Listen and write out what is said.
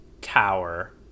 tower